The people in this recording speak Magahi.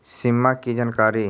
सिमा कि जानकारी?